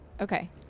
Okay